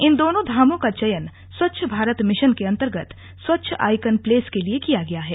इन दोनों धामों का चयन स्वच्छ भारत मिशन के अन्तर्गत स्वच्छ आईकन प्लेस के लिए किया गया है